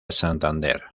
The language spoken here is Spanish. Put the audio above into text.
santander